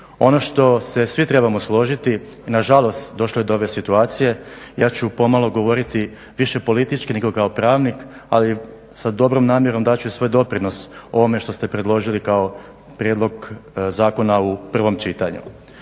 Ono što se svi trebamo složiti i na žalost došlo je do ove situacije, ja ću pomalo govoriti više politički nego kao pravnik. Ali sa dobrom namjerom dat ću svoj doprinos ovome što ste predložili kao prijedlog zakona u prvom čitanju.